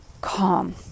calm